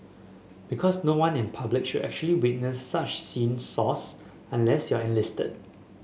because no one in public should actually witness such scenes source unless you're enlisted